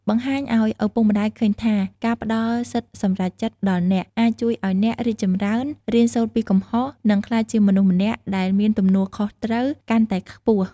បង្ហាញឲ្យឪពុកម្ដាយឃើញថា ការផ្ដល់សិទ្ធិសម្រេចចិត្តដល់អ្នក អាចជួយឲ្យអ្នក រីកចម្រើន រៀនសូត្រពីកំហុស និង ក្លាយជាមនុស្សម្នាក់ដែលមានទំនួលខុសត្រូវកាន់តែខ្ពស់។